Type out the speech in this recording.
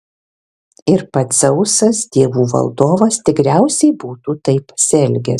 ir pats dzeusas dievų valdovas tikriausiai būtų taip pasielgęs